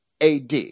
AD